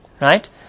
Right